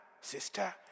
sister